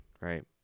right